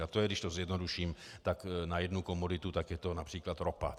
A to je, když to zjednoduším na jednu komoditu, tak je to například ropa.